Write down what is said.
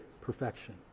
perfection